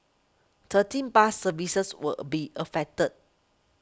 thirteen bus services will be affected